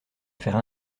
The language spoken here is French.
faire